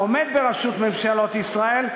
עומד בראשות ממשלות ישראל,